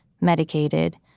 medicated